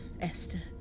Esther